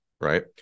right